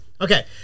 Okay